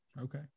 Okay